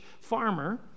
farmer